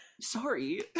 sorry